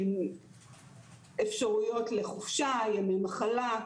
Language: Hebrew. אפשרויות לחופשה, לימי מחלה.